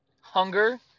hunger